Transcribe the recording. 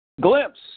glimpse